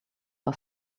are